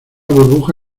burbuja